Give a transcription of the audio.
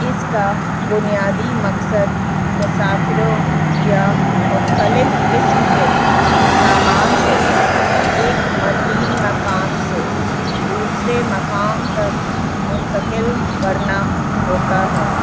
اس کا بنیادی مقصد مسافروں یا مختلف قسم کے سامان کو ایک متین مقام سے دوسرے مقام تک منتقل کرنا ہوتا ہے